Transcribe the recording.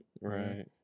Right